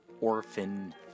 orphan